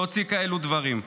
להוציא כאלו דברים.